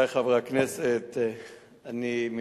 חברת הכנסת עינת וילף